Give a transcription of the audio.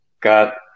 got